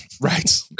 Right